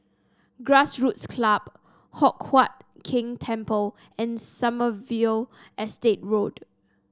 Grassroots Club Hock Huat Keng Temple and Sommerville Estate Road